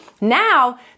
Now